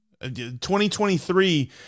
2023